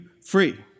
free